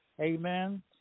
Amen